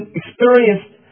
experienced